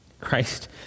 Christ